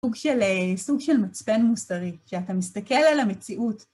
סוג של מצפן מוסרי, כשאתה מסתכל על המציאות.